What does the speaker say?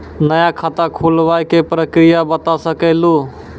नया खाता खुलवाए के प्रक्रिया बता सके लू?